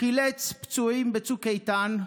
חילץ פצועים בצוק איתן,